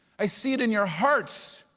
i see it in your hearts.